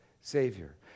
Savior